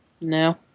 No